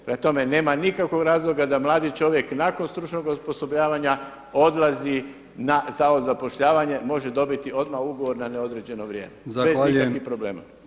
Prema tome, nema nikakvog razloga da mladi čovjek nakon stručnog osposobljavanja odlazi na Zavod za zapošljavanje može dobiti odmah ugovor na neodređeno vrijeme bez ikakvih problema.